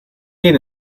gate